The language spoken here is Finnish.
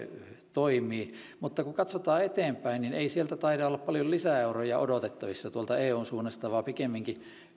toimivat mutta kun katsotaan eteenpäin niin ei taida olla paljon lisäeuroja odotettavissa tuolta eun suunnasta vaan pikemminkin